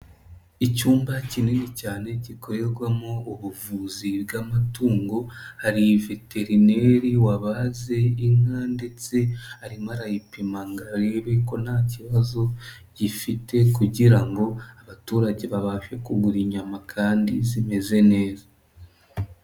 Icyumba kinini cyane gikorerwamo ubuvuzi bw'amatungo, hari veterineri wabaze inka ndetse arimo arayipima ngo arebe ko nta kibazo ifite kugira ngo abaturage babashe kugura inyama kandi zimeze neza.